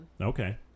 Okay